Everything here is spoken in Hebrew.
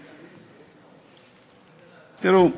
תראו,